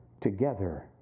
together